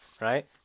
right